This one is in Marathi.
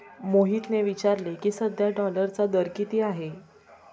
मोहितने विचारले की, सध्या डॉलरचा दर किती आहे?